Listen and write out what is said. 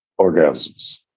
orgasms